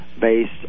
based